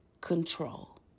control